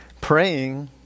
praying